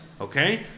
okay